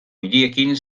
hiriekin